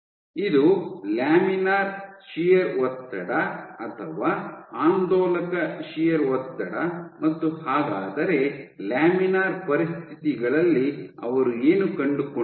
ಇದು laminar shear ಒತ್ತಡ ಅಥವಾ ಆಂದೋಲಕ ಶಿಯರ್ ಒತ್ತಡ ಮತ್ತು ಹಾಗಾದರೆ ಲ್ಯಾಮಿನಾರ್ ಪರಿಸ್ಥಿತಿಗಳಲ್ಲಿ ಅವರು ಏನು ಕಂಡುಕೊಂಡರು